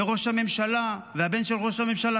וראש הממשלה והבן של ראש הממשלה,